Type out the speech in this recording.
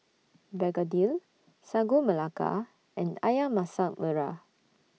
Begedil Sagu Melaka and Ayam Masak Merah